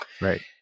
Right